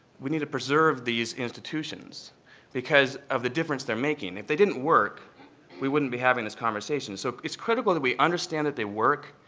we need to preserve these institutions because of the difference they're making. if they didn't work we wouldn't be having this conversation. so it's critical that we understand that they work.